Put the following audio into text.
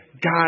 God